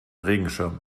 regenschirm